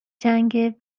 جنگ